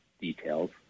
details